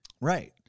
Right